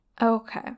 okay